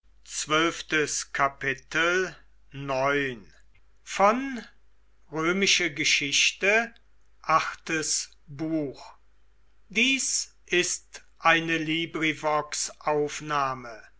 sind ist eine